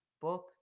book